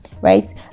right